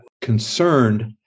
concerned